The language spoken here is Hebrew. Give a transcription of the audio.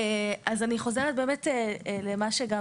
כן, אז אני חוזרת באמת למה שגם